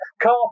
car